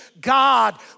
God